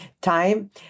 time